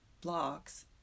blocks